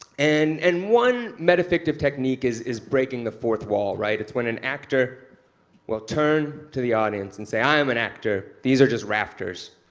and and one metafictive technique is is breaking the fourth wall. right? it's when an actor will turn to the audience and say, i am an actor, these are just rafters.